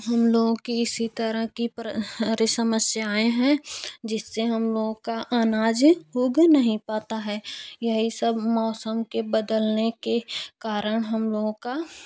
हम लोगों की इसी तरह की री समस्याएँ है जिससे हम लोगों का आनाज उग नहीं पता है यही सब मौसम के बदलने के कारण हम लोगों का